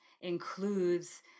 includes